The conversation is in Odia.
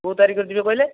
କେଉଁ ତାରିଖରେ ଯିବେ କହିଲେ